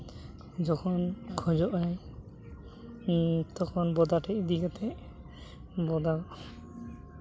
ᱡᱚᱠᱷᱚᱱ ᱠᱷᱚᱡᱚᱜ ᱟᱭ ᱛᱚᱠᱷᱚᱱ ᱵᱚᱫᱟ ᱴᱷᱮᱱ ᱤᱫᱤ ᱠᱟᱛᱮᱫ ᱵᱚᱫᱟ